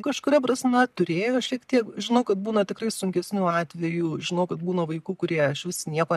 kažkuria prasme turėjo šiek tiek žinau kad būna tikrai sunkesnių atvejų žinau kad būna vaikų kurie išvis nieko